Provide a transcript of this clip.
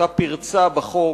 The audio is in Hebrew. אותה פרצה בחוק,